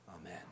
Amen